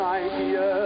idea